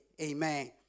Amen